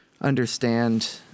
understand